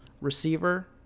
Receiver